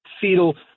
fetal